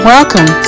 Welcome